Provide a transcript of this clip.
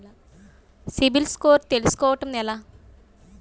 CIBIL score తెల్సుకోటం ఎలా?